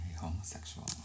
Homosexual